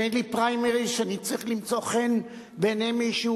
ואין לי פריימריס שאני צריך למצוא חן בעיני מישהו